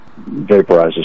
vaporizes